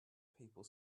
people